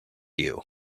you